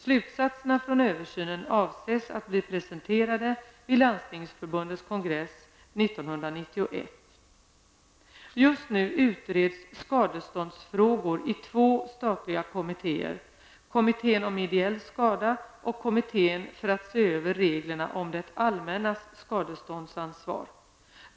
Slutsatserna från översynen avses att bli presenterade vid Landstingsförbundets kongress Just nu utreds skadeståndsfrågor i två statliga kommittéer, kommittén om ideell skada och kommittén för att se över reglerna om det allmännas skadeståndsansvar.